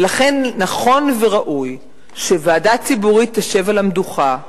ולכן נכון וראוי שוועדה ציבורית תשב על המדוכה,